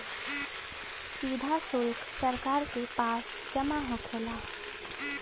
सीधा सुल्क सरकार के पास जमा होखेला